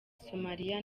somalia